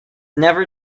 never